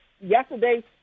yesterday